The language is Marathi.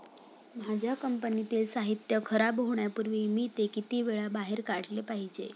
माझ्या कंपनीतील साहित्य खराब होण्यापूर्वी मी ते किती वेळा बाहेर काढले पाहिजे?